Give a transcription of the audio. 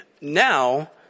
Now